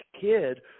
kid